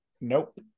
Nope